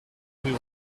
rue